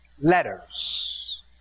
letters